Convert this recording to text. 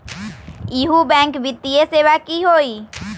इहु बैंक वित्तीय सेवा की होई?